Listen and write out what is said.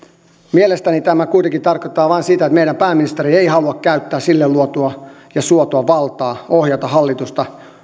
mielestäni tämä kuitenkin tarkoittaa vain sitä että meidän pääministeri ei halua käyttää sille luotua ja suotua valtaa ohjata hallitus